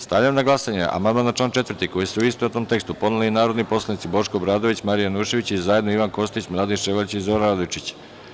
Stavljam na glasanje amandman na član 4. koji su, u istovetnom tekstu, podneli narodni poslanici Boško Obradović, Marija Janjušević i zajedno Ivan Kostić, Miladin Ševarlić i Zoran Radojičić.